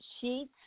sheets